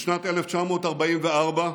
בשנת 1944,